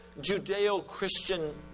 Judeo-Christian